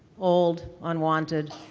old, unwanted,